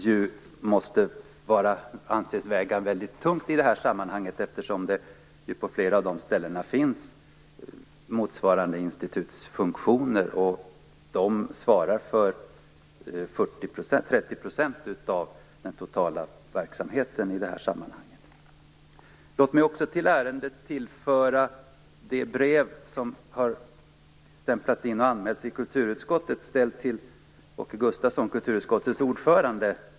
Det måste anses väga väldigt tungt i detta sammanhang, eftersom det på flera av de ställena finns motsvarande funktioner. De svarar för Låt mig också till ärendet tillföra det brev ställt till Åke Gustavsson, kulturutskottets ordförande, som har stämplats och anmälts i kulturutskottet.